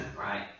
Right